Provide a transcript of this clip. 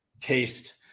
taste